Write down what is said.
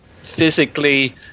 physically